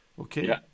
okay